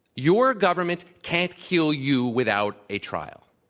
your government can't kill you without a trial.